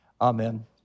Amen